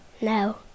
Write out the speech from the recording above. No